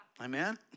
Amen